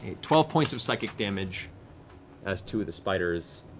twelve points of psychic damage as two of the spiders